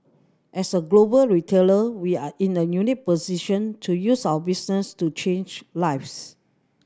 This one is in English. as a global retailer we are in a unique position to use our business to change lives